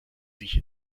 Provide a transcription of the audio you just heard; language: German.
sich